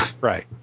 Right